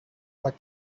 what